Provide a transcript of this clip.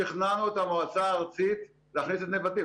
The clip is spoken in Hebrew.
שכנענו את המועצה הארצית להכניס את נבטים.